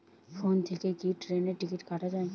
Phone থেকে কি ট্রেনের টিকিট কাটা য়ায়?